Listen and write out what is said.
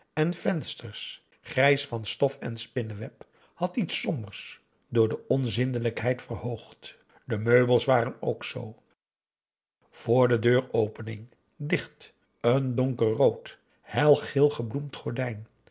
en vensters grijs van stof en spinneweb had iets sombers door de onzindelijkheid verhoogd de meubels waren ook zoo voor de deuropening dicht een donkerrood helgeel gebloemd gordijn